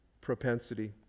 propensity